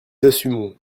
assumons